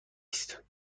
است